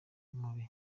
mubi